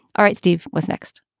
all right, steve, what's next?